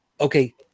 okay